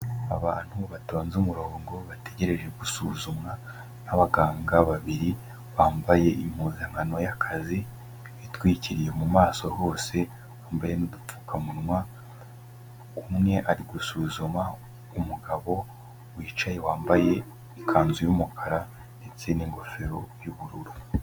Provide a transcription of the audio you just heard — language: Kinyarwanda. Abantu batonze umurongo, bategereje gusuzumwa abaganga babiri bambaye impuzankano y'akazi, bitwikiriye mu maso hose, bambaye nu'dupfukamunwa, umwe ari gusuzuma umugabo wicaye, wambaye ikanzu y'umukara ndetse n'ingofero yu'bururu.